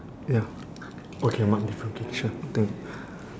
ya okay mark different okay sure thank